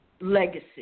legacy